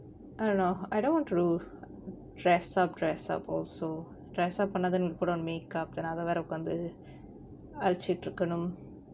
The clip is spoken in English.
I don't know I don't want to dress up dress up also dress up and then put on makeup then அத வேற உக்காந்து அழிச்சிட்டிருக்கனும்:atha vera ukkaanthu alichittirukkanum